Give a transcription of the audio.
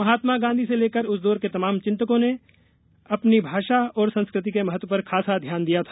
महात्मा गॉधी से लेकर उस दौर के तमाम चिन्तकों ने अपनी भाषा और संस्कृति के महत्व पर खास ध्यान दिया था